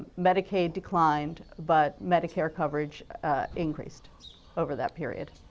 medicaid declined, but medicare coverage increased over that period.